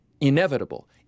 inevitable